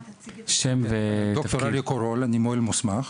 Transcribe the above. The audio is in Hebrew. אני מוהל מוסמך.